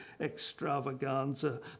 extravaganza